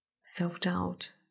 Self-doubt